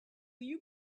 you